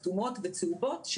כתומות וצהובות,